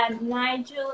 Nigel